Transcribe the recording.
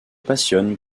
passionne